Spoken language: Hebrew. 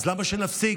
אז למה שנפסיק?